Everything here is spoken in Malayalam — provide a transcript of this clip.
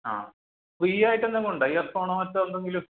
ആ ഫ്രീയായിട്ട് എന്തെങ്കിലും ഉണ്ടോ ഇയർ ഫോണോ മറ്റോ എന്തെങ്കിലും